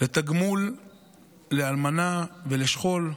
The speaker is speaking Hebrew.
לתגמול לאלמנה ולשכול,